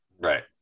right